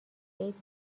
ایدز